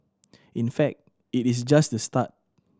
in fact it is just the start